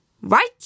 Right